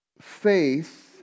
faith